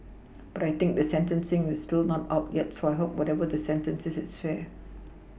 but I think the sentencing is still not out yet so I hope whatever the sentence is it's fair